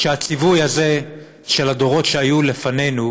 שהציווי הזה של הדורות שהיו לפנינו: